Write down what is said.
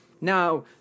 Now